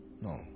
No